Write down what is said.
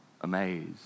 amazed